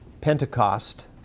Pentecost